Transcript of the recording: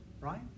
right